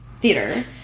theater